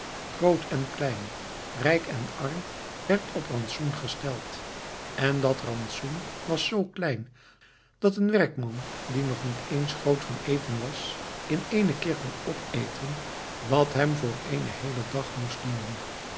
groot en klein rijk en arm werd op rantsoen gesteld en dat rantsoen was zoo klein dat een werkman die nog niet eens groot van eten was in éénen keer kon opeten wat hem voor eenen heelen dag moest dienen